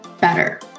better